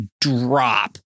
drop